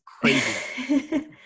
crazy